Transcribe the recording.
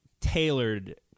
tailored